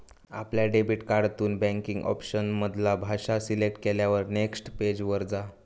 आपल्या डेबिट कार्डातून banking option मधना भाषा सिलेक्ट केल्यार नेक्स्ट पेज वर जा